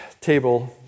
table